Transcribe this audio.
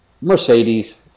Mercedes